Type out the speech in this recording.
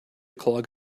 clog